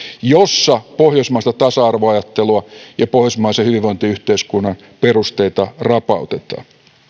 joissa pohjoismaista tasa arvoajattelua ja pohjoismaisen hyvinvointiyhteiskunnan perusteita rapautetaan